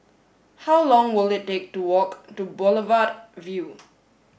how long will it take to walk to Boulevard Vue